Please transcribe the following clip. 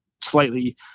slightly